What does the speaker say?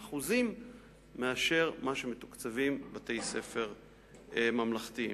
ב-60% ממה שמתוקצבים בתי-ספר ממלכתיים.